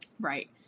right